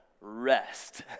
rest